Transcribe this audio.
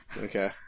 Okay